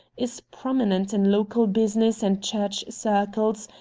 is prominent in local business and church circles,